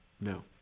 no